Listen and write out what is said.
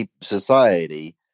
society